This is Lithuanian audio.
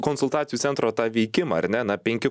konsultacijų centro tą veikimą ar ne na penki